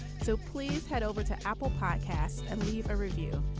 so please head over to apple podcast and leave a review.